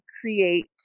create